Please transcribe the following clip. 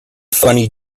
funny